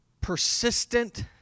persistent